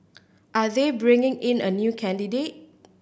are they bringing in a new candidate